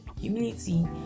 humility